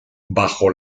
bajo